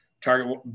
target